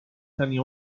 tenia